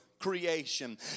Creation